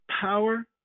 power